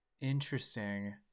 interesting